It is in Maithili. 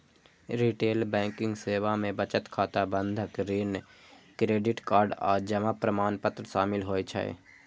रिटेल बैंकिंग सेवा मे बचत खाता, बंधक, ऋण, क्रेडिट कार्ड आ जमा प्रमाणपत्र शामिल होइ छै